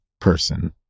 person